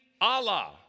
Allah